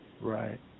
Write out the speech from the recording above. Right